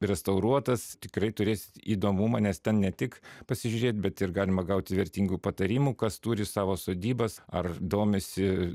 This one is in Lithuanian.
restauruotas tikrai turės įdomumą nes ten ne tik pasižiūrėt bet ir galima gauti vertingų patarimų kas turi savo sodybas ar domisi